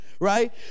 right